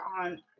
on